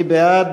מי בעד?